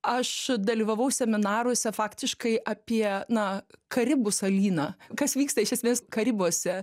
aš dalyvavau seminaruose faktiškai apie na karibų salyną kas vyksta iš esmės karibuose